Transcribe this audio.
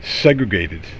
segregated